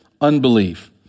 unbelief